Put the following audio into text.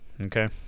okay